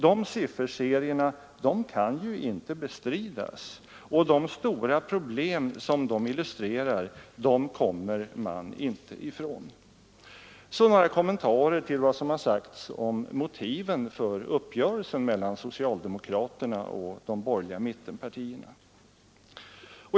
De sifferserierna kan ju inte bestridas, och de stora problem som de illustrerar kommer man inte ifrån. Så några kommentarer till vad som har sagts om motiven för uppgörelsen mellan socialdemokraterna och de borgerliga mittenpartierna!